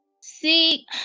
see